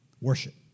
worship